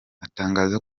atangaza